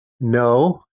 No